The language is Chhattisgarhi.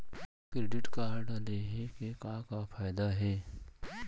क्रेडिट कारड लेहे के का का फायदा हे?